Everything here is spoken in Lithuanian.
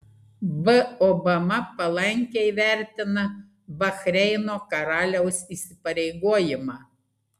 b obama palankiai vertina bahreino karaliaus įsipareigojimą